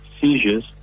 seizures